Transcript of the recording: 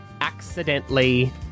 accidentally